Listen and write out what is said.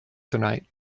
tonight